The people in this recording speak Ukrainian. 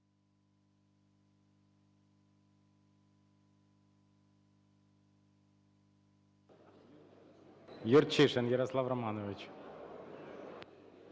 Юрчишин Ярослав Романович.